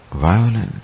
violent